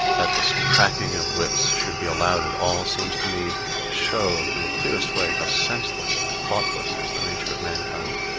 that this cracking of whips should be allowed at all seems to me to show in the clearest way how senseless and thoughtless is the nature of mankind.